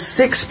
six